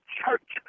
church